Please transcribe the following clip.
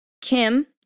Kim